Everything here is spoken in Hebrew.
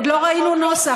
עוד לא ראינו נוסח,